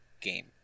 game